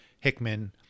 Hickman